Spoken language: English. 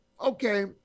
okay